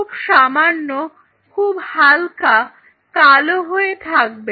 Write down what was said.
খুব সামান্য খুব হালকা কালো হয়ে থাকবে